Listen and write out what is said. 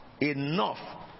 enough